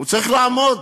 צריך לעמוד,